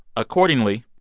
accordingly,